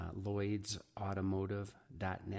lloydsautomotive.net